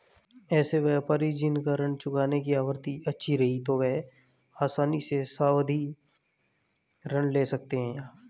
ऐसे व्यापारी जिन का ऋण चुकाने की आवृत्ति अच्छी रही हो वह आसानी से सावधि ऋण ले सकते हैं